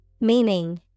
Meaning